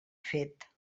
fet